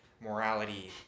morality